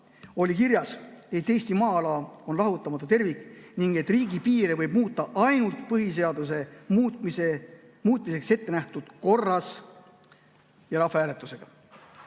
oli kirjas, et Eesti maa-ala on lahutamatu tervik ning et riigipiire võib muuta ainult põhiseaduse muutmiseks ettenähtud korras ja rahvahääletusega.